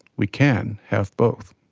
we can have both.